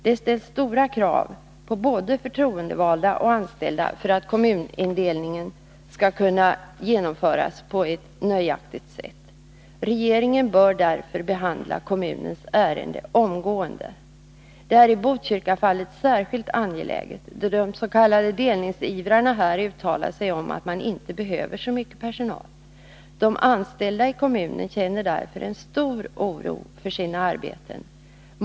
Det ställs stora krav på både förtroendevalda och anställda för att kommundelningen skall kunna genomföras på ett nöjaktigt sätt. Regeringen bör därför behandla kommunens ärende omgående. Det är i Botkyrkafallet särskilt angeläget då de s.k. delningsivrarna här uttalat sig om att man inte behöver så mycket personal. De anställda i kommunen känner därför en stor oro för sina arbeten.